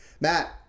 Matt